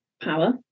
power